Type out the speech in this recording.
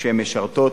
שהן משרתות.